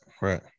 Right